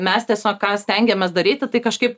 mes tiesiog ką stengiamės daryti tai kažkaip